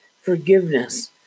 forgiveness